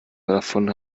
davon